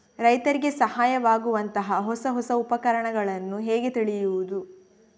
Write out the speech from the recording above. ರೈತರಿಗೆ ಸಹಾಯವಾಗುವಂತಹ ಹೊಸ ಹೊಸ ಉಪಕರಣಗಳನ್ನು ಹೇಗೆ ತಿಳಿಯುವುದು?